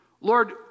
Lord